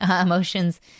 emotions